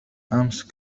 أمس